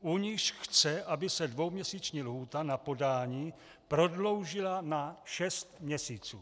u nichž chce, aby se dvouměsíční lhůta na podání prodloužila na šest měsíců.